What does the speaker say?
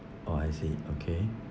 orh I see okay